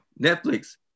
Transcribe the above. Netflix